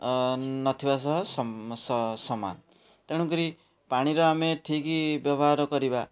ନଥିବା ସହ ସମାନ ତେଣୁକରି ପାଣିର ଆମେ ଠିକ୍ ବ୍ୟବହାର କରିବା